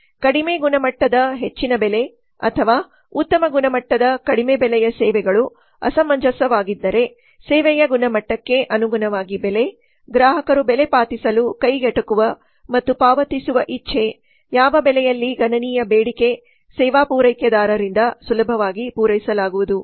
ಕಡಿಮೆ ಗುಣಮಟ್ಟದ ಹೆಚ್ಚಿನ ಬೆಲೆ ಅಥವಾ ಉತ್ತಮ ಗುಣಮಟ್ಟದ ಕಡಿಮೆ ಬೆಲೆಯ ಸೇವೆಗಳು ಅಸಮಂಜಸವಾಗಿದ್ದರೆ ಸೇವೆಯ ಗುಣಮಟ್ಟಕ್ಕೆ ಅನುಗುಣವಾಗಿ ಬೆಲೆ ಗ್ರಾಹಕರು ಬೆಲೆ ಪಾವತಿಸಲು ಕೈಗೆಟುಕುವ ಮತ್ತು ಪಾವತಿಸುವ ಇಚ್ಚೇ ಯಾವ ಬೆಲೆಯಲ್ಲಿ ಗಣನೀಯ ಬೇಡಿಕೆ ಸೇವಾ ಪೂರೈಕೆದಾರರಿಂದ ಸುಲಭವಾಗಿ ಪೂರೈಸಲಾಗುವುದು